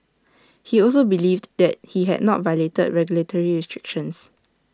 he also believed that he had not violated regulatory restrictions